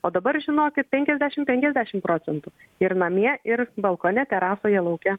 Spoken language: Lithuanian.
o dabar žinokit penkiasdešimt penkiasdešimt procentų ir namie ir balkone terasoje lauke